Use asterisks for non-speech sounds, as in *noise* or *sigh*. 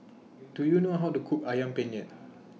*noise* Do YOU know How to Cook Ayam Penyet